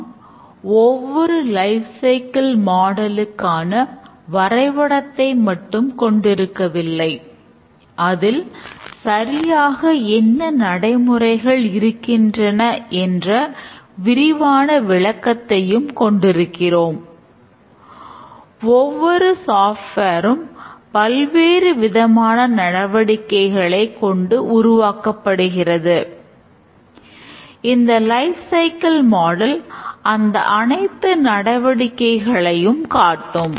நாம் ஒவ்வொரு life cycle மாடலுக்கான அந்த அனைத்து நடவடிக்கைகளையும் காட்டும்